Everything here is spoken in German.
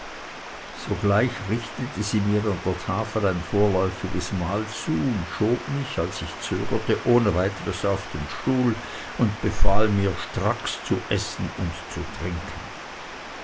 sogleich richtete sie mir an der tafel ein vorläufiges mahl zu und schob mich als ich zögerte ohne weiteres auf den stuhl und befahl mir stracks zu essen und zu trinken